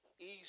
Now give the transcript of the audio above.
easy